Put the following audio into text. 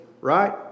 right